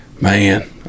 man